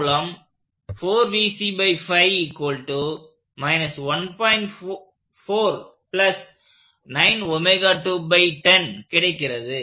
மூலம் கிடைக்கிறது